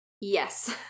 Yes